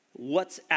WhatsApp